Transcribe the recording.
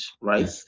right